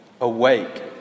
Awake